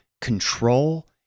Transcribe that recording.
control